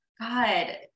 god